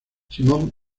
simone